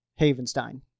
Havenstein